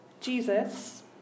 Jesus